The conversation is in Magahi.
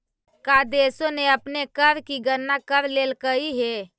का देशों ने अपने कर की गणना कर लेलकइ हे